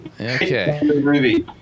Okay